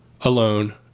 alone